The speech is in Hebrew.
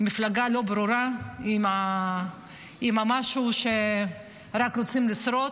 מפלגה לא ברורה, משהו שרק רוצים לשרוד.